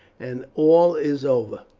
and all is over.